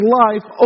life